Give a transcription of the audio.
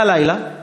בלילה,